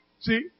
See